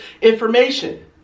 information